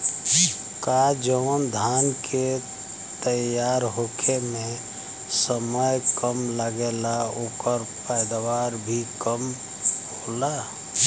का जवन धान के तैयार होखे में समय कम लागेला ओकर पैदवार भी कम होला?